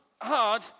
hard